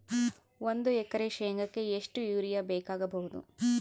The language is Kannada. ಒಂದು ಎಕರೆ ಶೆಂಗಕ್ಕೆ ಎಷ್ಟು ಯೂರಿಯಾ ಬೇಕಾಗಬಹುದು?